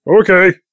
Okay